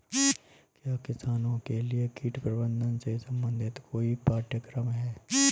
क्या किसानों के लिए कीट प्रबंधन से संबंधित कोई पाठ्यक्रम है?